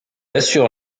assure